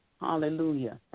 hallelujah